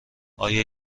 آیا